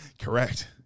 Correct